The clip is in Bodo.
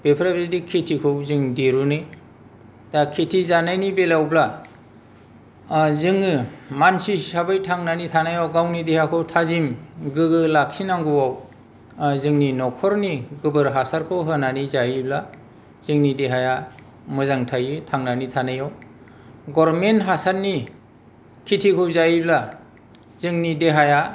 बेफोरबादि खेथिखौ जों दिरुनो दा खेथि जानायनि बेलायावब्ला जोङो मानसि हिसाबै थांनानै थानायाव गावनि देहाखौ थाजिम गोगो लाखिनांगौआव जोंनि न'खरनि गोबोर हासारखौ होनानै जायोब्ला जोंनि देहाया मोजां थायो थांनानै थानायाव गभर्नमेन्ट हासारनि खेथिखौ जायोब्ला जोंनि देहाया